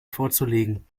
vorzulegen